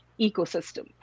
ecosystem